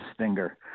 Stinger